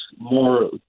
more